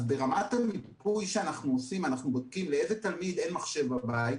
אז ברמת המיפוי שאנחנו עושים אנחנו בודקים לאיזה תלמיד אין מחשב בבית,